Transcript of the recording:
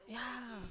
yeah